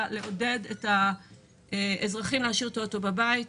כדי לעודד את האזרחים להשאיר את האוטו בבית.